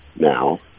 now